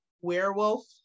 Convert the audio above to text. werewolf